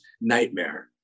nightmare